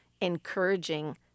encouraging